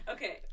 Okay